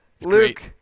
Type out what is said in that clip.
Luke